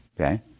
okay